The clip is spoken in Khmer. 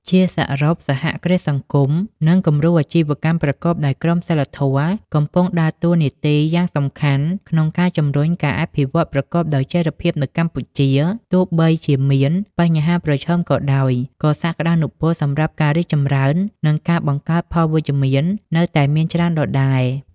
ជាសរុប សហគ្រាសសង្គម និងគំរូអាជីវកម្មប្រកបដោយក្រមសីលធម៌កំពុងដើរតួនាទីយ៉ាងសំខាន់ក្នុងការជំរុញការអភិវឌ្ឍប្រកបដោយចីរភាពនៅកម្ពុជា ទោះបីជាមានបញ្ហាប្រឈមក៏ដោយ ក៏សក្តានុពលសម្រាប់ការរីកចម្រើន និងការបង្កើតផលវិជ្ជមាននៅតែមានច្រើនដដែល។